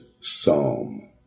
psalm